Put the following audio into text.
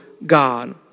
God